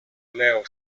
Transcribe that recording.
leo